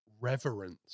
reverence